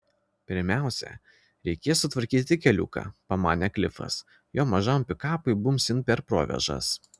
pirmiausia reikės sutvarkyti keliuką pamanė klifas jo mažam pikapui bumbsint per provėžas